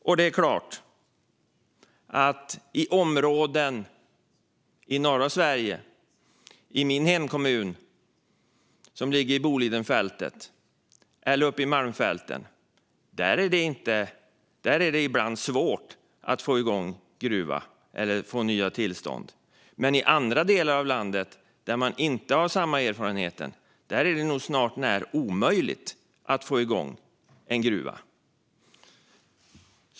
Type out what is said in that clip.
Och det är klart att det i områden i norra Sverige, exempelvis i min hemkommun som ligger i Bolidenfältet eller uppe i Malmfälten, ibland är svårt att få nya tillstånd. Men i andra delar av landet, där man inte har samma erfarenheter, är det nog hart när omöjligt att få igång en gruva.